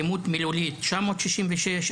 אלימות מילולית 966,